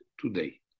today